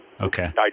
Okay